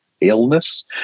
illness